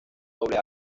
doble